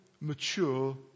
mature